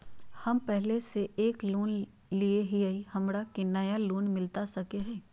हमे पहले से एक लोन लेले हियई, हमरा के नया लोन मिलता सकले हई?